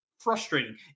frustrating